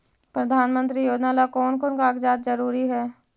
प्रधानमंत्री योजना ला कोन कोन कागजात जरूरी है?